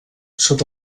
sota